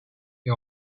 the